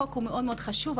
החוק מאוד-מאוד חשוב.